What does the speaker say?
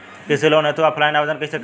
कृषि लोन हेतू ऑफलाइन आवेदन कइसे करि?